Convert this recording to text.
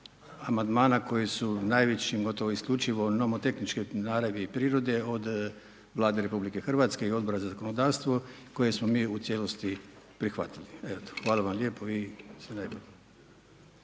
Amandmana koji su najvećim, gotovo isključivo imamo tehničke naravi i prirode od Vlade RH i Odbora za zakonodavstvo koje smo mi u cijelosti prihvatili, eto. Hvala vam lijepo i sve najbolje.